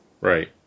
Right